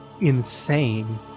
insane